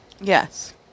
Yes